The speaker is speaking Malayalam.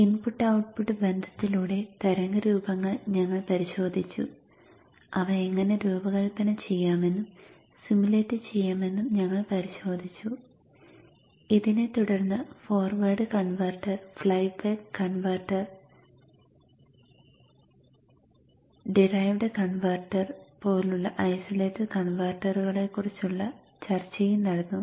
ഇൻപുട്ട് ഔട്ട്പുട്ട് ബന്ധത്തിലൂടെ തരംഗ രൂപങ്ങൾ ഞങ്ങൾ പരിശോധിച്ചു അവ എങ്ങനെ രൂപകൽപ്പന ചെയ്യാമെന്നും സിമുലേറ്റ് ചെയ്യാമെന്നും ഞങ്ങൾ പരിശോധിച്ചു ഇതിനെ തുടർന്ന് forward converter flyback converter derived കൺവെർട്ടറുകൾ പോലുള്ള ഐസൊലേറ്റഡ് കൺവെർട്ടറുകളെക്കുറിച്ചുള്ള ചർച്ചയും നടന്നു